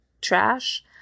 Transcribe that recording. trash